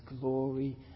glory